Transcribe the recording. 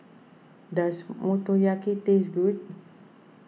does Motoyaki taste good